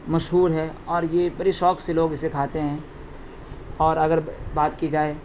مشہور ہے اور یہ بڑے شوق سے لوگ اسے کھاتے ہیں اور اگر بات کی جائے